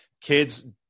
kids